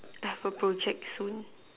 I've a project soon